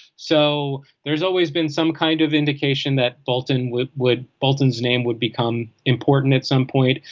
so there's always been some kind of indication that bolton would would bolton's name would become important at some point.